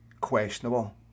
questionable